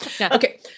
Okay